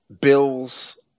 Bill's